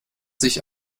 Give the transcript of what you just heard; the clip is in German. sich